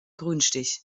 grünstich